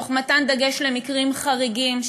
תוך מתן דגש למקרים חריגים,